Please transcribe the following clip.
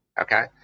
Okay